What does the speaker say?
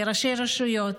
לראשי רשויות,